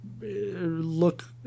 look –